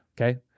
okay